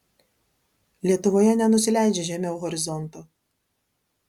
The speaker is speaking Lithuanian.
lietuvoje nenusileidžia žemiau horizonto